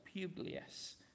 Publius